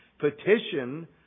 petition